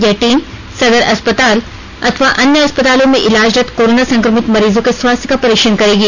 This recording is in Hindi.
यह टीम सदर अस्पताल अथवा अन्य अस्पतालों में इलाजरत कोरोना संक्रमित मरीजों के स्वास्थ्य का परीक्षण करेगी